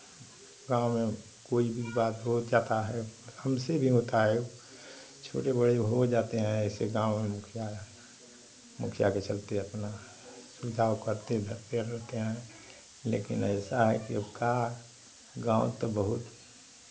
गाँव में कोई भी बात हो जाता है हमसे भी होता है छोटे बड़े हो जाते हैं ऐसे गाँव में मुखिया मुखिया के चलते अपना सुलझाव करते धरते रहते हैं लेकिन ऐसा है कि अब का गाँव तो बहुत